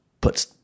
put